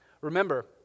Remember